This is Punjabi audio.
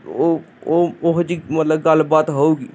ਓ ਉਹ ਉਹ ਮਤਲਵ ਗੱਲਬਾਤ ਗੱਲਬਾਤ ਹੋਊਗੀ